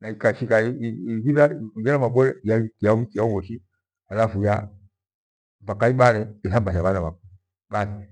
na ikashigha ihira mabore ya- yavikiacho voshi halafu ya mpaka mbare vana vakwe bathi.